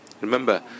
Remember